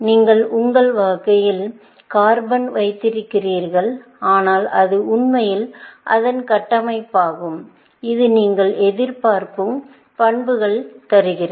நீங்கள் உங்கள் கையில் கார்பனை வைத்திருக்கிறீர்கள் ஆனால் அது உண்மையில் அதன் கட்டமைப்பாகும் இது நீங்கள் எதிர்பார்க்கும் பண்புகளை தருகிறது